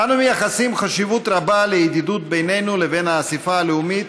אנו מייחסים חשיבות רבה לידידות בינינו לבין האספה הלאומית,